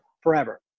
forever